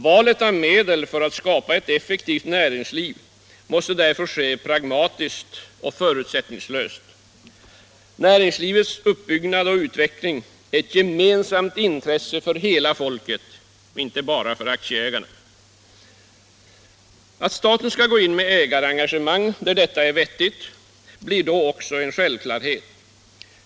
Valet av medel för att skapa ett effektivt näringsliv måste ske pragmatiskt och förutsättningslöst. Näringslivets uppbyggnad och utveckling är ett gemensamt intresse för hela folket, inte bara ett intresse för aktieägarna. Att staten skall gå in med ägarengagemang där detta är vettigt blir då också en självklarhet.